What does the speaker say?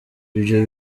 ivyo